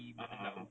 ah ah